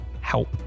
help